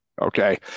Okay